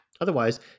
Otherwise